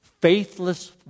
faithless